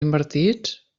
invertits